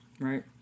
Right